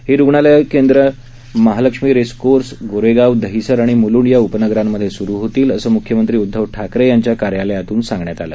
ही रुग्णालयं आणि केंद्र महालक्ष्मी रेसकोर्स गोरेगाव दहिसर आणि म्लूंड या उपनगरांमध्ये स्रू होतील असे म्ख्यमंत्री उद्धव ठाकरे यांच्या कार्यालयातून सांगण्यात आलं